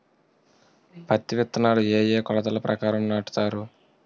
పత్తి విత్తనాలు ఏ ఏ కొలతల ప్రకారం నాటుతారు?